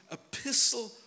epistle